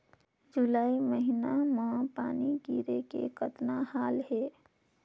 जुलाई महीना म पानी गिरे के कतना हाल हे?